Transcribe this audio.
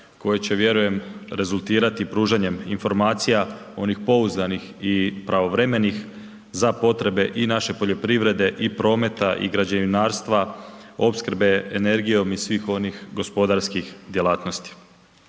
koje će vjerujem rezultirati pružanjem informacija onih pouzdanih i pravovremenih za potrebe i naše poljoprivrede i prometa i građevinarstva opskrbe energijom i svih onih gospodarskih djelatnosti.